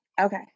Okay